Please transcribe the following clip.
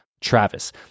Travis